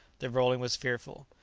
the rolling was fearful.